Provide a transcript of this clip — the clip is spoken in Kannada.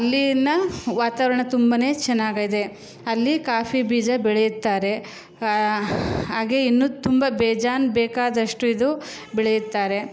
ಅಲ್ಲಿನ ವಾತಾವರಣ ತುಂಬನೇ ಚೆನ್ನಾಗಿದೆ ಅಲ್ಲಿ ಕಾಫಿ ಬೀಜ ಬೆಳೆಯುತ್ತಾರೆ ಹಾಗೆ ಇನ್ನೂ ತುಂಬ ಬೇಜಾನು ಬೇಕಾದಷ್ಟು ಇದು ಬೆಳೆಯುತ್ತಾರೆ